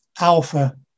alpha